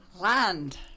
Land